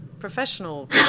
professional